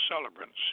celebrants